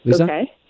Okay